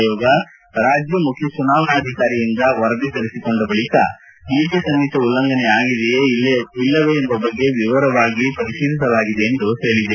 ಆಯೋಗ ರಾಜ್ಯ ಮುಖ್ಯ ಚುನಾವಣಾಧಿಕಾರಿಯಿಂದ ವರದಿ ತರಿಸಿಕೊಂಡ ಬಳಿಕ ನೀತಿ ಸಂಹಿತೆ ಉಲ್ಲಂಘನೆ ಆಗಿದೆಯೇ ಇಲ್ಲವೇ ಎಂಬ ಬಗ್ಗೆ ಸವಿವರವಾಗಿ ಪರಿಶೀಲಿಸಲಾಗಿದೆ ಎಂದು ಹೇಳಿದೆ